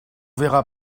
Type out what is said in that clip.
verra